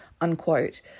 Unquote